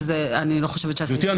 גברתי,